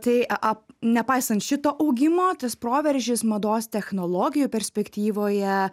tai a ap nepaisant šito augimo tas proveržis mados technologijų perspektyvoje